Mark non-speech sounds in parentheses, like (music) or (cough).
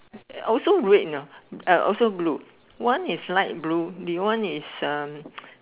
also red you know uh also blue one is light blue the one is uh (noise)